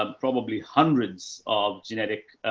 ah probably hundreds of genetic,